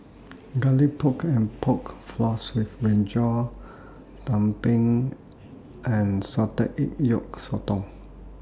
Garlic Pork and Pork Floss with Brinjal Tumpeng and Salted Egg Yolk Sotong